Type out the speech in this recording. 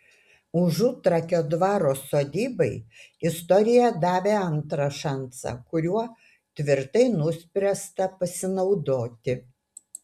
užutrakio dvaro sodybai istorija davė antrą šansą kuriuo tvirtai nuspręsta pasinaudoti